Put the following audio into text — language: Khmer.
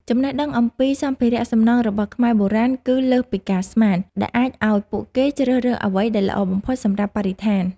ចំណេះដឹងអំពីសម្ភារៈសំណង់របស់ខ្មែរបុរាណគឺលើសពីការស្មាន ដែលអាចឱ្យពួកគេជ្រើសរើសអ្វីដែលល្អបំផុតសម្រាប់បរិស្ថាន។